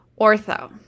Ortho